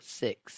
six